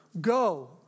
go